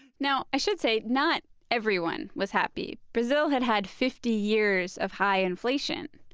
now i should say not everyone was happy. brazil had had fifty years of high inflation.